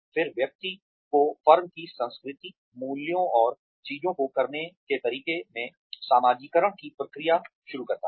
फिर व्यक्ति को फर्म की संस्कृति मूल्यों और चीजों को करने के तरीकों में सामाजिककरण की प्रक्रिया शुरू करता है